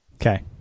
Okay